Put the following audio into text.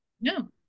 No